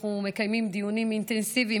אנחנו מקיימים דיונים אינטנסיביים